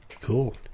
Cool